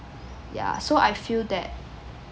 ya so I feel that